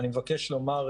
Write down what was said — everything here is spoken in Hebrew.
אני מבקש לומר,